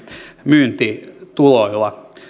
myyntituloilla